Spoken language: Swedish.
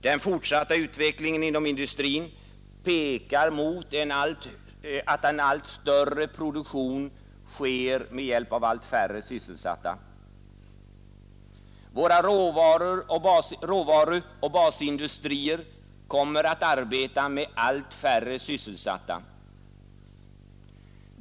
Den fortsatta utvecklingen inom industrin pekar mot att en allt större produktion sker med hjälp av färre sysselsatta. Våra råvaruoch basindustrier kommer att arbeta med allt färre sysselsatta.